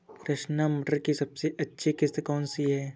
रचना मटर की सबसे अच्छी किश्त कौन सी है?